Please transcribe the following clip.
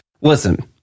listen